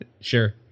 sure